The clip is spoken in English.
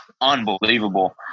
unbelievable